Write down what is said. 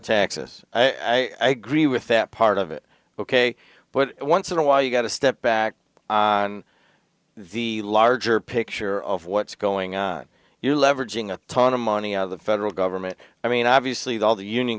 taxes i gree with that part of it ok but once in a while you got to step back on the larger picture of what's going on you leveraging a ton of money out of the federal government i mean obviously all the union